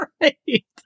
right